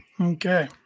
Okay